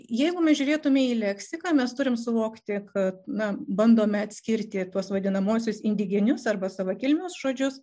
jeigu mes žiūrėtume į leksiką mes turim suvokti kad na bandome atskirti tuos vadinamuosius indigenius arba savakilmius žodžius